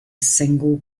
single